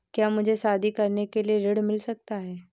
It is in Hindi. क्या मुझे शादी करने के लिए ऋण मिल सकता है?